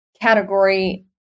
category